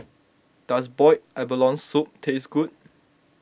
does Boiled Abalone Soup taste good